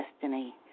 destiny